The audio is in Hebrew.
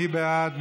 מי בעד?